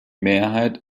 mehrheit